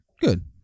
Good